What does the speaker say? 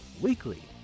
weekly